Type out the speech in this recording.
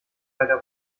der